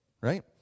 right